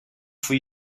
for